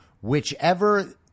whichever